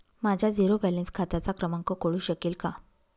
माझ्या zero balance खात्याचा क्रमांक कळू शकेल का?